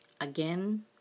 Again